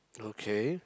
okay